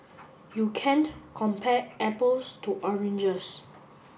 you can't compare apples to oranges